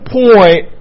point